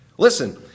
Listen